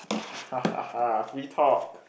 ha ha ha free talk